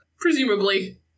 Presumably